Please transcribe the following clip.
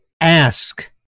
ask